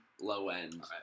low-end